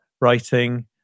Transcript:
writing